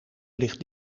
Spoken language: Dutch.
ligt